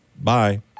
Bye